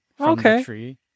Okay